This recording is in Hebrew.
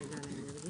הישיבה ננעלה